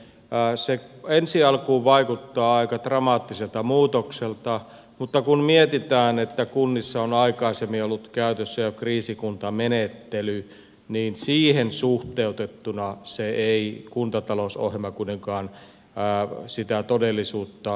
se ensi alkuun vaikuttaa aika dramaattiselta muutokselta mutta kun mietitään että kunnissa on jo aikaisemmin ollut käytössä kriisikuntamenettely niin siihen suhteutettuna kuntatalousohjelma ei kuitenkaan sitä todellisuutta radikaalisti muuta